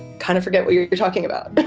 kind of forget what you were talking about.